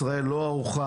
ישראל לא ערוכה.